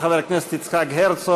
חברי הנהלת ההסתדרות הציונית העולמית,